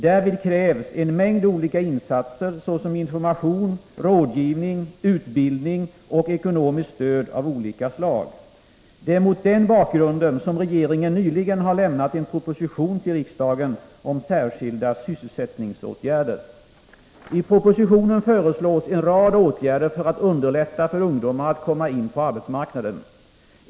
Därvid krävs en mängd olika insatser, såsom information, rådgivning, utbildning och ekonomiskt stöd av olika slag. Det är mot den bakgrunden som regeringen nyligen har lämnat en proposition till riksdagen om särskilda sysselsättningsåtgärder. I propositionen föreslås en rad åtgärder för att underlätta för ungdomar att komma in på arbetsmarknaden.